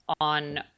on